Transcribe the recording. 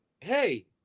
hey